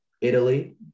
Italy